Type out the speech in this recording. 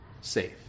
safe